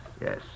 Yes